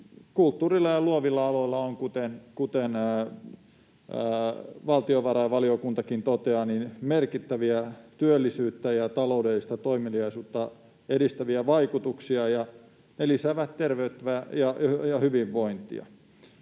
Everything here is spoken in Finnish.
Kulttuurilla ja luovilla aloilla on, kuten valtiovarainvaliokuntakin toteaa, merkittäviä työllisyyttä ja taloudellista toimeliaisuutta edistäviä vaikutuksia, ja ne lisäävät terveyttä ja hyvinvointia.